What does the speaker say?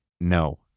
No